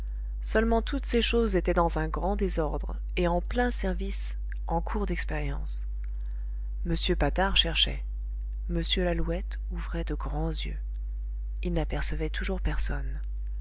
seulement toutes ces choses étaient dans un grand désordre et en plein service en cours d'expérience m patard cherchait m lalouette ouvrait de grands yeux ils n'apercevaient toujours personne